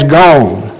gone